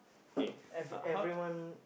okay how how